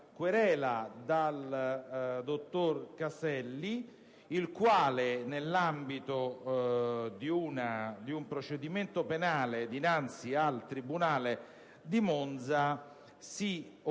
querela dal dottor Caselli, il quale, nell'ambito di un procedimento penale dinanzi al tribunale di Monza, si oppose,